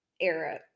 era